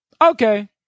Okay